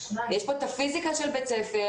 יש כאן את הפיזיקה של בית הספר,